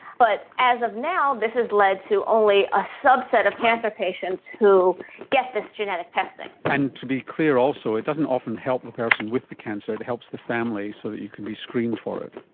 but as of now this has led to only a subset of cancer patients who get this genetic testing. and to be clear also, it doesn't often help the person with the cancer, it helps the family so that you can be screened for it.